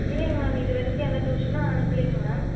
இல்லைங்க மேம் இது வரைக்கும் எந்த டியூஷனும் அனுப்புலேங்க மேம்